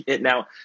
Now